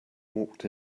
walked